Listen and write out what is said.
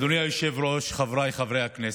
אדוני היושב-ראש, חבריי חברי הכנסת,